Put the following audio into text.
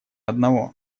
одного